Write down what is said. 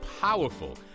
powerful